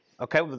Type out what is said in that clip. Okay